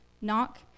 Knock